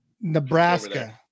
Nebraska